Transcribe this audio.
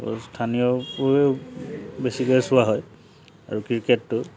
আৰু স্থানীয় বোৰেও বেছিকে চোৱা হয় আৰু ক্ৰিকেটটো